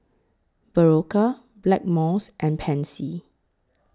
Berocca Blackmores and Pansy